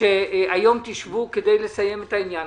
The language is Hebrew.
שהיום תשבו כדי לסיים את העניין.